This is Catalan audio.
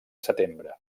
setembre